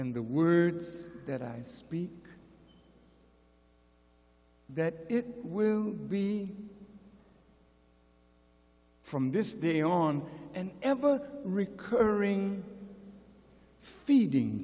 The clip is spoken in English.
and the words that i speak that it will be from this day on an ever recurring feeding